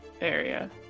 area